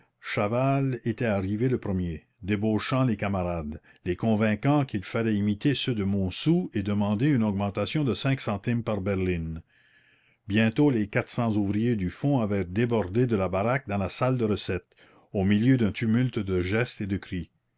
chaval était arrivé le premier débauchant les camarades les convainquant qu'il fallait imiter ceux de montsou et demander une augmentation de cinq centimes par berline bientôt les quatre cents ouvriers du fond avaient débordé de la baraque dans la salle de recette au milieu d'un tumulte de gestes et de cris